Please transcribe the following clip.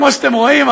כמו שאתם רואים,